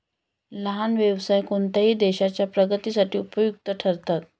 लहान व्यवसाय कोणत्याही देशाच्या प्रगतीसाठी उपयुक्त ठरतात